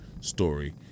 story